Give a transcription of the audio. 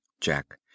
Jack